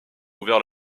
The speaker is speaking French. ouvert